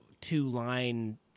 two-line